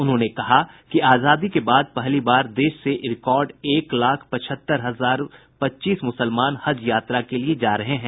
उन्होंने कहा कि आजादी के बाद पहली बार देश से रिकॉर्ड एक लाख पचहत्तर हजार पच्चीस मुसलमान हज यात्रा के लिए जा रहे हैं